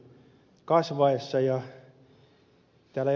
täällä ed